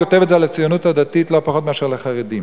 הוא כותב את זה על הציונות הדתית לא פחות מאשר על החרדים.